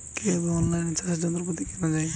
কিভাবে অন লাইনে চাষের যন্ত্রপাতি কেনা য়ায়?